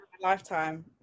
Lifetime